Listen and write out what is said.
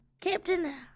Captain